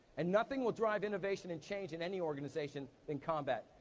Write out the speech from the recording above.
and nothing will drive innovation and change in any organization in combat.